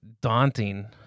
daunting